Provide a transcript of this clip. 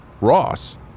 Ross